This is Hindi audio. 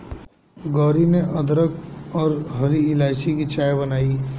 गौरी ने अदरक और हरी इलायची की चाय बनाई